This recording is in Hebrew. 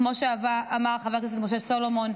כמו שאמר חבר הכנסת משה סולומון,